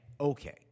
okay